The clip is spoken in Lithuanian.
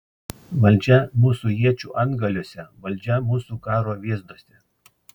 valdžia mūsų iečių antgaliuose valdžia mūsų karo vėzduose